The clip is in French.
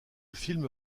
film